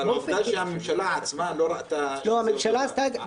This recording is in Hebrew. עובדה שהממשלה עצמה לא ראתה שזה אותו דבר.